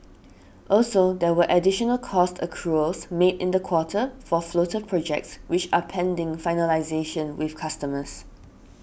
also there were additional cost accruals made in the quarter for floater projects which are pending finalisation with customers